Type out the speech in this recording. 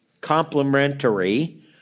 complementary